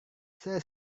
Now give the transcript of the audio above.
saya